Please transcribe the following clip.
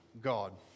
God